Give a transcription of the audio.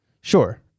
Sure